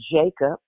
Jacob